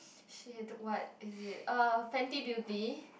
!shit! what is it uh Fenty Beauty